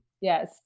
Yes